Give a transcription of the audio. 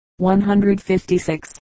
156